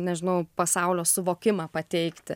nežinau pasaulio suvokimą pateikti